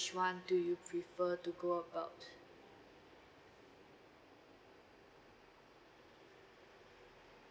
which one do you prefer to go about